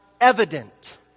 evident